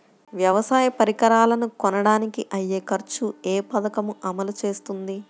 వ్యవసాయ పరికరాలను కొనడానికి అయ్యే ఖర్చు ఏ పదకము అమలు చేస్తుంది?